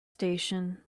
station